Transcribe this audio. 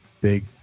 big